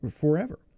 forever